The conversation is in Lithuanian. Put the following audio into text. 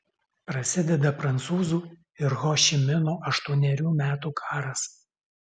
prasideda prancūzų ir ho ši mino aštuonerių metų karas